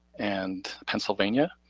and pennsylvania,